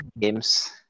games